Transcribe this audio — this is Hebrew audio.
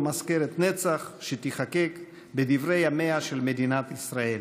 מזכרת נצח שתיחקק בדברי ימיה של מדינת ישראל.